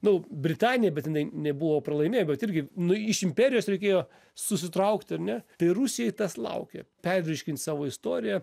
nu britanija bet jinai n buvo pralaimėjo bet irgi nu iš imperijos reikėjo susitraukt ar ne tai rusijai tas laukia pervirškint savo istoriją